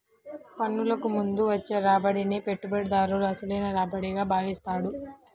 పన్నులకు ముందు వచ్చే రాబడినే పెట్టుబడిదారుడు అసలైన రాబడిగా భావిస్తాడు